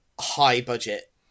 high-budget